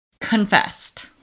confessed